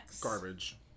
Garbage